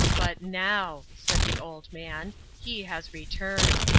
but now! said the old man he has returned.